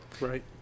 Right